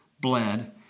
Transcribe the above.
bled